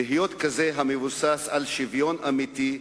להיות כזה שמבוסס על שוויון אמיתי,